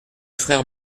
frères